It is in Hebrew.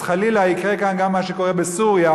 אז חלילה יקרה כאן גם מה שקורה בסוריה,